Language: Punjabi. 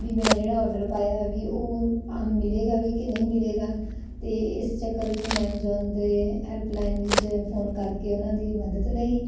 ਵੀ ਮੈਂ ਜਿਹੜਾ ਆਰਡਰ ਪਾਇਆ ਵੀ ਉਹ ਆਮ ਮਿਲੇਗਾ ਵੀ ਕਿ ਨਹੀਂ ਮਿਲੇਗਾ ਅਤੇ ਇਸ ਚੱਕਰ ਵਿੱਚ ਮੈਂ ਐਮਜੋਨ ਦੇ ਹੈਲਪਲਾਈਨ ਵਿੱਚ ਫੋਨ ਕਰਕੇ ਉਹਨਾਂ ਦੀ ਮਦਦ ਲਈ